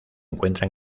encuentra